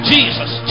Jesus